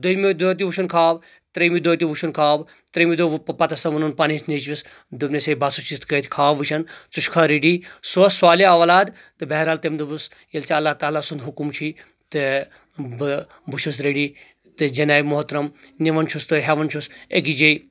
دویمہِ دۄہ تہِ وٕچھُن خواب ترٛیٚمہِ دۄہ تہِ وچھُن خواب ترٛیٚمہِ دۄہ پتہٕ ہسا ووٚنُن پننِس نیٚچۍوِس دوٚپنس ہے بہٕ ہسا چھُس یتھ کٔنۍ خواب وٕچھان ژٕ چھُ کھا ریٚڈی سُہ اوس صالح اولاد تہٕ بہرحال تٔمۍ دوٚپُس ییٚلہِ ژےٚ اللہ تعالیٰ سُنٛد حُکُم چھُے تہٕ بہٕ بہٕ چھُس ریٚڈی تہٕ جناب محترم نِوان چھُس تہٕ ہیٚوان چھُس أکِس جایہِ